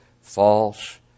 false